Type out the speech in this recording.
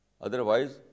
Otherwise